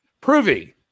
proving